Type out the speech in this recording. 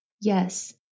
Yes